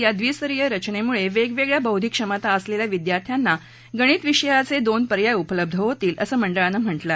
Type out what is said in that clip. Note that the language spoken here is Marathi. या द्वी स्तरीय रचनेमुळे वेगवेगळ्या बौद्दीक क्षमता असलेल्या विद्यार्थ्यांना गणित विषयाचे दोन पर्याय उपलब्ध होतील असं मंडळानं म्हटलं आहे